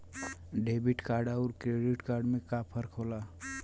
Debit card अउर credit card में का फर्क होला?